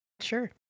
sure